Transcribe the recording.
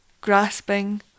grasping